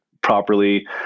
properly